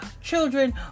children